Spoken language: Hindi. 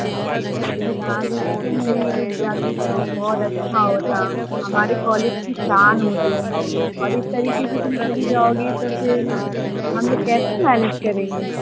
और बेटा अगर को तुम यहीं रुक जाती तो बहुत अच्छा होता हमारे कॉलेज की शान हो तुम अब इस तरीके से तुम चली जाओगी तो फिर हम लोग कैसे मैनेज करेंगे